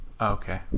okay